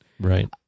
Right